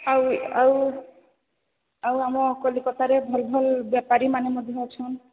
ଆଉ ଆଉ ଆଉ ଆମ କଲିକତାରେ ଭଲ ଭଲ ବେପାରୀମାନେ ମଧ୍ୟ ଅଛନ୍ତି